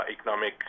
economic